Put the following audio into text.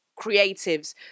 creatives